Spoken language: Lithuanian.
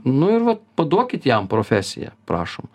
nu ir vat paduokit jam profesiją prašom